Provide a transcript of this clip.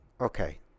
okay